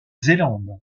zélande